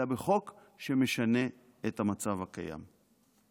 אלא בחוק שמשנה את המצב הקיים.